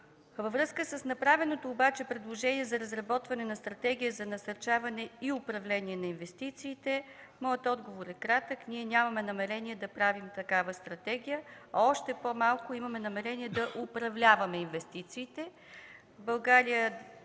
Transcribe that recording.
Във връзка с направеното предложение за разработване на Стратегия за насърчаване и управление на инвестициите, моят отговор е кратък – нямаме намерение да правим такава стратегия, още по-малко имаме намерение да управляваме инвестициите.